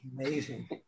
Amazing